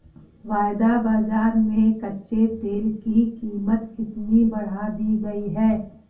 वायदा बाजार में कच्चे तेल की कीमत कितनी बढ़ा दी गई है?